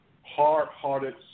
hard-hearted